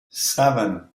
seven